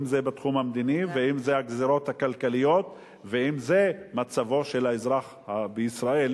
אם בתחום המדיני ואם הגזירות הכלכליות ואם מצבו של האזרח בישראל,